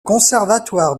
conservatoire